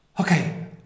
Okay